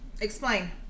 explain